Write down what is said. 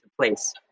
place